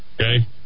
Okay